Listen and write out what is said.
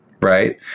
right